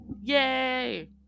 yay